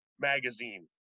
magazine